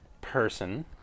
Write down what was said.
person